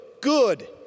Good